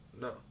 no